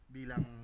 Bilang